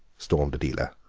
stormed adela.